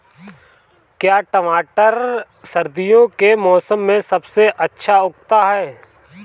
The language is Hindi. क्या टमाटर सर्दियों के मौसम में सबसे अच्छा उगता है?